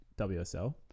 WSL